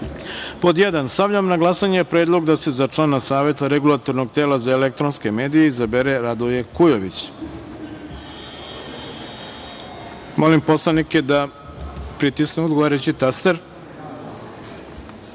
Stavljam na glasanje predlog da se za člana Saveta Regulatornog tela za elektronske medije izabere Radoje Kujović. Molim